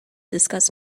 discuss